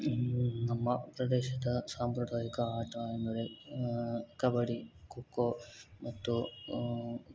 ನಮ್ಮ ಪ್ರದೇಶದ ಸಾಂಪ್ರದಾಯಿಕ ಆಟ ಅಂದರೆ ಕಬಡ್ಡಿ ಖೋ ಖೋ ಮತ್ತು